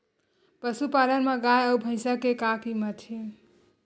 पशुपालन मा गाय अउ भंइसा के का कीमत हे?